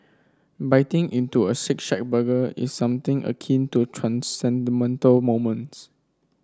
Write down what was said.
biting into a Shake Shack burger is something akin to a transcendental moment